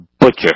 butcher